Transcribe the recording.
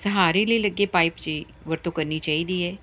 ਸਹਾਰੇ ਲਈ ਲੱਗੇ ਪਾਈਪ ਜੀ ਵਰਤੋਂ ਕਰਨੀ ਚਾਹੀਦੀ ਹੈ